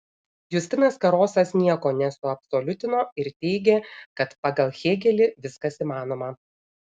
justinas karosas nieko nesuabsoliutino ir teigė kad pagal hėgelį viskas įmanoma